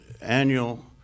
annual